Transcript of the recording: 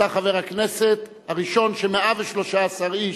אתה חבר הכנסת הראשון ש-113 איש,